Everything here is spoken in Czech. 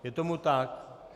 Je tomu tak?